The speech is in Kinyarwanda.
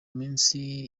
minsi